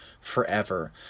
forever